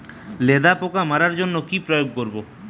লেদা পোকা মারার জন্য কি প্রয়োগ করব?